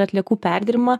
atliekų perdirbimą